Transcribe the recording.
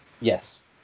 Yes